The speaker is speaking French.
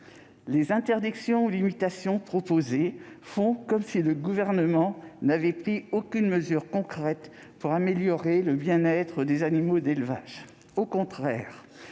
ces interdictions et limitations, on fait comme si le Gouvernement n'avait pris aucune mesure concrète pour améliorer le bien-être des animaux d'élevage. Au contraire,